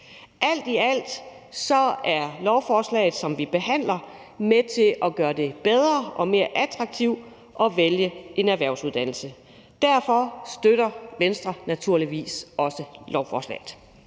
Alt i alt er lovforslaget, som vi behandler, med til at gøre det bedre og mere attraktivt at vælge en erhvervsuddannelse. Derfor støtter Venstre naturligvis også lovforslaget.